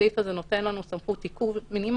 הסעיף הזה נותן לנו סמכות טיפול מינימלית,